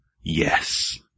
Yes